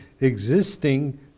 existing